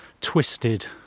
Twisted